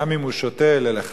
גם אם הוא שותה לחיים,